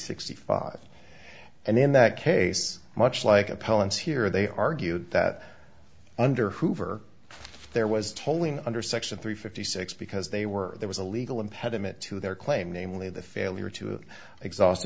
sixty five and in that case much like appellants here they argued that under hoover there was tolling under section three fifty six because they were there was a legal impediment to their claim namely the failure to exhaust